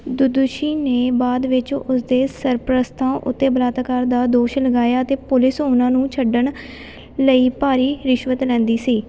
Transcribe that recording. ਦੁਦੁਸ਼ੀ ਨੇ ਬਾਅਦ ਵਿੱਚ ਉਸ ਦੇ ਸਰਪ੍ਰਸਤਾਂ ਉੱਤੇ ਬਲਾਤਕਾਰ ਦਾ ਦੋਸ਼ ਲਗਾਇਆ ਅਤੇ ਪੁਲਿਸ ਉਨ੍ਹਾਂ ਨੂੰ ਛੱਡਣ ਲਈ ਭਾਰੀ ਰਿਸ਼ਵਤ ਲੈਂਦੀ ਸੀ